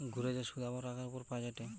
ঘুরে যে শুধ আবার টাকার উপর পাওয়া যায়টে